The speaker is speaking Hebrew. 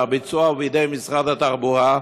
והביצוע הוא בידי משרד התחבורה,